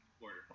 order